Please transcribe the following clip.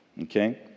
Okay